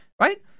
right